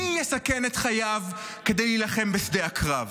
מי יסכן את חייו כדי להילחם בשדה הקרב?